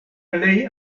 plej